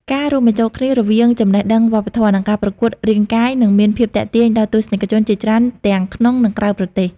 ការរួមបញ្ចូលគ្នា រវាងចំណេះដឹងវប្បធម៌ និងការប្រកួតរាងកាយនឹងមានភាពទាក់ទាញដល់ទស្សនិកជនជាច្រើនទាំងក្នុង និង ក្រៅប្រទេស។